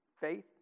faith